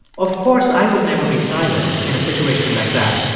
of course, i would never be silent in a situation like that.